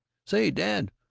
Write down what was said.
say, dad,